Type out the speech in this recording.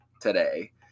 today